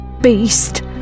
beast